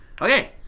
Okay